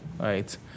Right